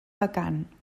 vacant